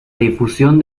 difusión